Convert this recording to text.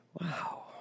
Wow